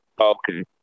Okay